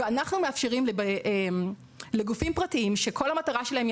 אנחנו מאפשרים לגופים פרטיים שכל מטרתם היא